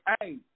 Hey